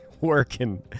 working